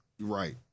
Right